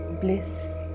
bliss